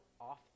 off